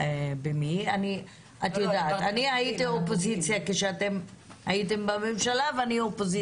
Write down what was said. אני הייתי אופוזיציה כשהייתם בממשלה ואני אופוזיציה גם היום.